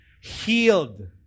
healed